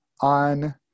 on